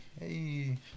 hey